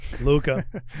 Luca